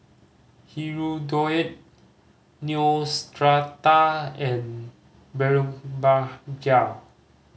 Hirudoid Neostrata and Blephagel